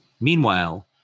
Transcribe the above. Meanwhile